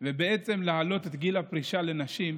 זה בעצם להעלות את גיל הפרישה לנשים,